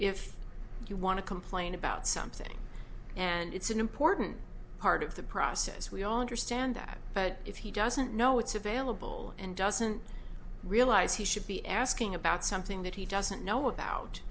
if you want to complain about something and it's an important part of the process we all understand that but if he doesn't know what's available and doesn't realize he should be asking about something that he doesn't know about